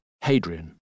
Hadrian